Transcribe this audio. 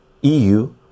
eu